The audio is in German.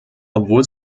obwohl